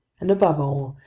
and above all,